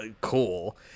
cool